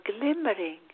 glimmering